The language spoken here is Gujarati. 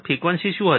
ફ્રિક્વન્સી શું હતી